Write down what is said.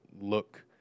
look